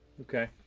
Okay